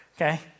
okay